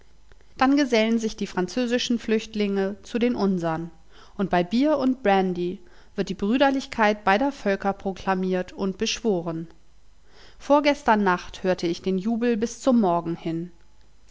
dann gesellen sich die französischen flüchtlinge zu den unsren und bei bier und brandy wird die brüderlichkeit beider völker proklamiert und beschworen vorgestern nacht hörte ich den jubel bis zum morgen hin